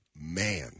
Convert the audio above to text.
man